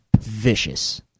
vicious